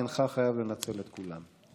אינך חייב לנצל את כולן.